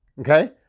Okay